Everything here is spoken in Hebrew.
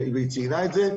והיא ציינה את זה,